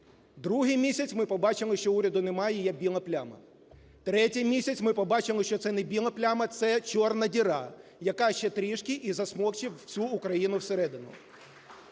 Другий місяць ми побачили, що уряду немає, є біла пляма. Третій місяць ми побачили, що це не біла пляма, це чорна діра, яка ще трішки і засмокче всю Україну всередину.